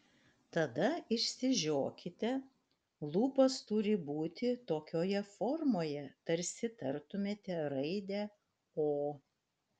tada išsižiokite lūpos turi būti tokioje formoje tarsi tartumėte raidę o